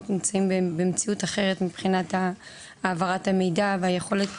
במציאות אחרת מבחינת העברת המידע והיכולת